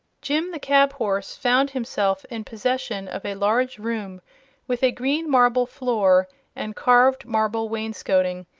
jim the cab-horse found himself in possession of a large room with a green marble floor and carved marble wainscoting,